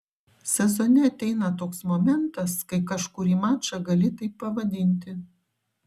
sezone ateina toks momentas kai kažkurį mačą gali taip pavadinti